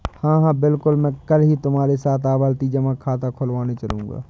हां हां बिल्कुल मैं कल ही तुम्हारे साथ आवर्ती जमा खाता खुलवाने चलूंगा